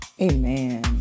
Amen